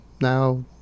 Now